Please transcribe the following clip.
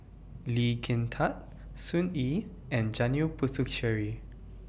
Lee Kin Tat Sun Yee and Janil Puthucheary